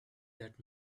that